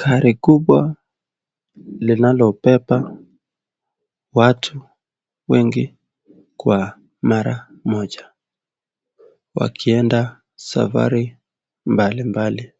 Gari kubwa linalobeba watu wengi kwa mara moja, wakienda safari mbailimbali